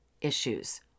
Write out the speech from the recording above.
issues